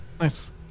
nice